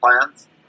plans